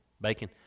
bacon